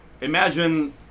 imagine